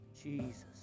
jesus